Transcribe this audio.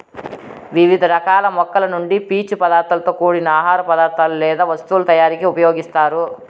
వివిధ రకాల మొక్కల నుండి పీచు పదార్థాలతో కూడిన ఆహార పదార్థాలు లేదా వస్తువుల తయారీకు ఉపయోగిస్తారు